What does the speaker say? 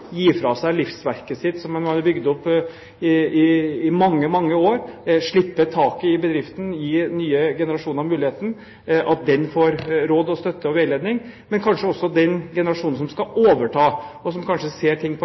gi fra seg livsverket sitt, som han har bygd opp i mange år, slippe taket i bedriften og gi nye generasjoner muligheten, får råd, støtte og veiledning, men kanskje også om at den generasjonen som skal overta, som kanskje ser ting på